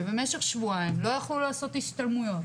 שבמשך שבועיים לא יכלו לעשות השתלמויות,